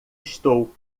estou